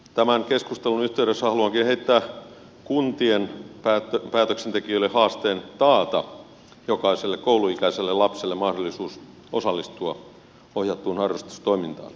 tämän keskustelun yhteydessä haluankin heittää kuntien päätöksentekijöille haasteen taata jokaiselle kouluikäiselle lapselle mahdollisuus osallistua ohjattuun harrastustoimintaan